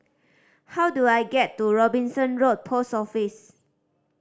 how do I get to Robinson Road Post Office